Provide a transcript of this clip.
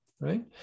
right